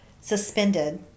suspended